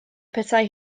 petai